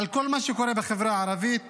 על כל מה שקורה בחברה הערבית